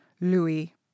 louis